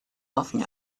laughing